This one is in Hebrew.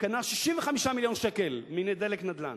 קנה 65 מיליון שקלים מ"דלק נדל"ן".